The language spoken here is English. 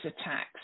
attacks